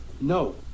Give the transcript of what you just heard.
No